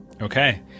Okay